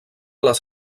les